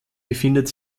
befindet